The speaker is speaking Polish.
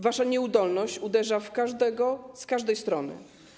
Wasza nieudolność uderza w każdego, z każdej strony.